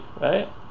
right